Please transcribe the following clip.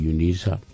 Unisa